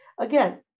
Again